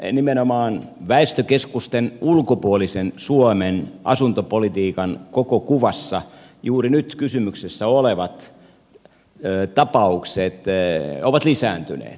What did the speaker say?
suomalaisen nimenomaan väestökeskusten ulkopuolisen suomen asuntopolitiikan koko kuvassa juuri nyt kysymyksessä olevat tapaukset ovat lisääntyneet